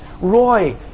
Roy